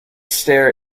stair